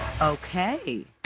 Okay